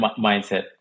mindset